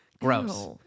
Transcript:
Gross